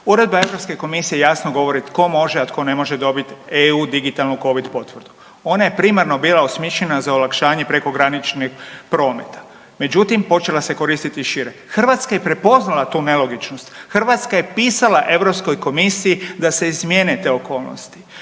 Uredba Europske komisije jasno govori tko može, a tko ne može dobit EU digitalnu covid potvrdu, ona je primarno bila osmišljena za olakšanje prekograničnog prometa, međutim počela se koristiti šire. Hrvatska je prepoznala tu nelogičnost, Hrvatska je pisala Europskoj da se izmijene te okolnosti,